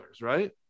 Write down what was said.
right